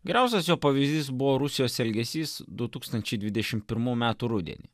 graužusio pavyzdys buvo rusijos elgesys du tūkstančiai dvidešimt pirmų metų rudenį